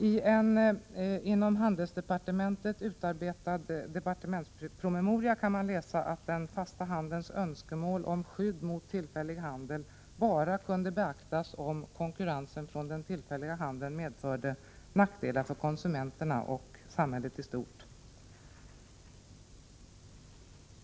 I en inom det dåvarande handelsdepartementet utarbetad departementspromemoria kan man läsa att den fasta handels önskemål om skydd mot tillfällig handel bara kunde beaktas om konkurrensen från den tillfälliga handeln medförde nackdelar för konsumenterna och samhället i stort.